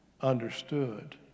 understood